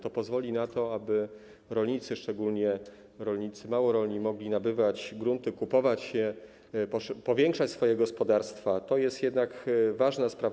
To pozwoli na to, żeby rolnicy, szczególnie rolnicy małorolni, mogli nabywać grunty, kupować je, powiększać swoje gospodarstwa, to jest ważna sprawa.